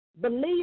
believe